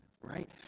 right